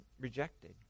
rejected